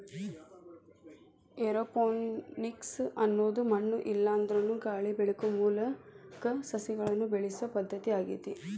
aeroponics ಅನ್ನೋದು ಮಣ್ಣು ಇಲ್ಲಾಂದ್ರನು ಗಾಳಿ ಬೆಳಕು ಮೂಲಕ ಸಸಿಗಳನ್ನ ಬೆಳಿಸೋ ಪದ್ಧತಿ ಆಗೇತಿ